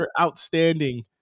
outstanding